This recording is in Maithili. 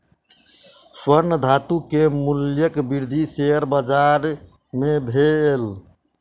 स्वर्ण धातु के मूल्यक वृद्धि शेयर बाजार मे भेल